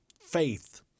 faith